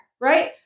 right